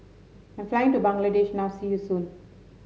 I'm flying to Bangladesh now see you soon